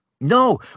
no